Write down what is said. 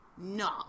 No